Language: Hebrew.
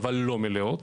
אבל לא מלאות.